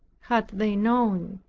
had they known